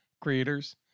creators